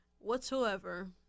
whatsoever